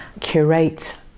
curate